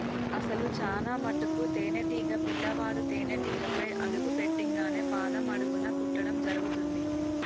అసలు చానా మటుకు తేనీటీగ పిల్లవాడు తేనేటీగపై అడుగు పెట్టింగానే పాదం అడుగున కుట్టడం జరుగుతుంది